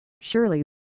Surely